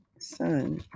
son